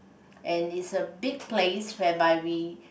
and it's a big place whereby we